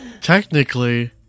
technically